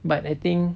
but I think